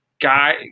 Guy